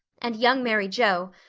and young mary joe,